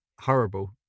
Horrible